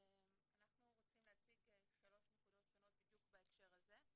אנחנו רוצים להציג שלוש נקודות שונות בדיוק בהקשר הזה,